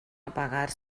apagar